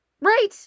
right